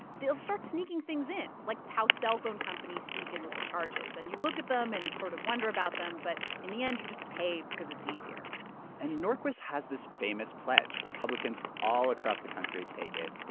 they'll start sneaking things in, like how cellphone companies sneak in little charges. and you look at them and sort of wonder about them. but in the end, you just pay because it's easier and norquist has this famous pledge. republicans all across the country take it.